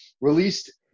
released